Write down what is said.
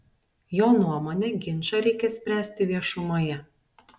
jo nuomone ginčą reikia spręsti viešumoje